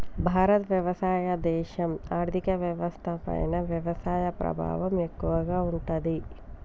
భారత్ వ్యవసాయ దేశం, ఆర్థిక వ్యవస్థ పైన వ్యవసాయ ప్రభావం ఎక్కువగా ఉంటది